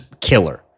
killer